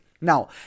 Now